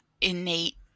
innate